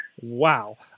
Wow